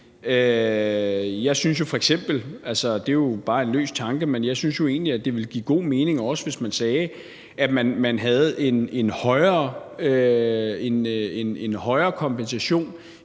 Jeg synes jo f.eks. – og det er bare en løs tanke – at det egentlig ville give god mening, hvis vi sagde, at man havde en højere kompensation,